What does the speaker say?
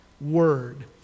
word